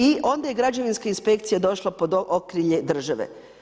I onda je građevinska inspekcija došla pod okrilje države.